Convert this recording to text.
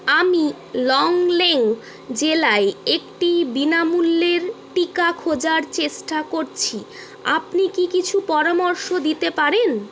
আমি লংলেং জেলায় একটি বিনামূল্যের টিকা খোঁজার চেষ্টা করছি আপনি কি কিছু পরামর্শ দিতে পারেন